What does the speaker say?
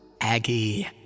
Aggie